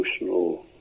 emotional